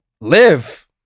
live